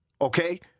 okay